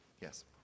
Yes